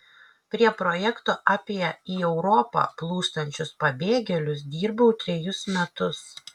prie projekto apie į europą plūstančius pabėgėlius dirbau trejus metus